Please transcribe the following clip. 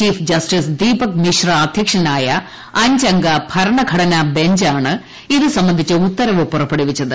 chief justice Deepak Misra അധ്യക്ഷനായ അഞ്ചംഗ ഭരണഘടനാ ബഞ്ചാണ് ഇത് സംബന്ധിച്ച ഉത്തരവ് പുറപ്പെടുവിച്ചത്